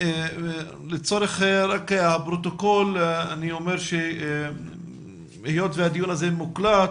לצורך הפרוטוקול אומר שהיות והדיון מוקלט,